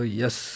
yes